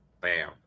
Bam